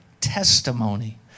testimony